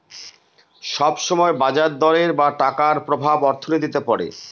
সব সময় বাজার দরের বা টাকার প্রভাব অর্থনীতিতে পড়ে